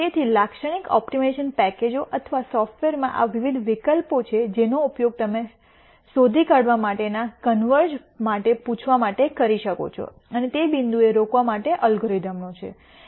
તેથી લાક્ષણિક ઓપ્ટિમાઇઝેશન પેકેજો અથવા સોફ્ટવેરમાં આ વિવિધ વિકલ્પો છે જેનો ઉપયોગ તમે શોધી કાઢવા માટેના કન્વર્ઝન માટે પૂછવા માટે કરી શકો છો અને તે બિંદુએ રોકવા માટે અલ્ગોરિધમનો છે